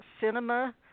Cinema